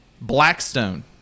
Blackstone